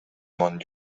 món